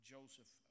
Joseph